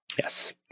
Yes